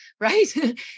right